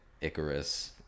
Icarus